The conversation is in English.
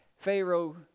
Pharaoh